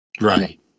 right